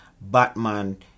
Batman